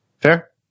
Fair